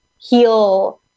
heal